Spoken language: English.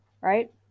right